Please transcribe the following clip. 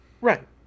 Right